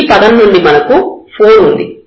ఈ పదం నుండి మనకు 4 ఉంది